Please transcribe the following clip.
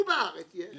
ובארץ יש,